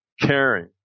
caring